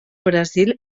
brasil